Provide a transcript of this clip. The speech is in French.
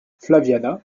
flaviana